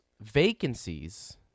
vacancies